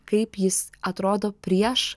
kaip jis atrodo prieš